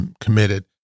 committed